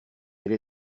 elle